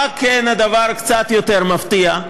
מה כן קצת יותר מפתיע?